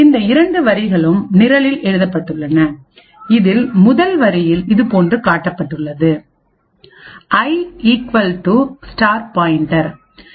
இந்த இரண்டு வரிகளும் நிரலில் எழுதப்பட்டுள்ளன இதில் முதல் வரியில் இதுபோன்று கட்டப்பட்டுள்ளது i equal to pointer equal to pointer